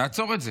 תעצור את זה.